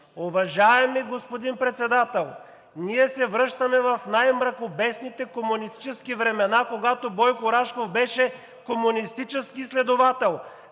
Уважаеми господин Председател, ние се връщаме в най мракобесните комунистически времена, когато Бойко Рашков беше комунистически следовател.